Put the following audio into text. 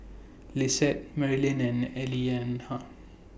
Lisette Marylin and